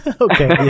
Okay